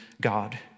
God